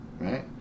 right